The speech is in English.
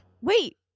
Wait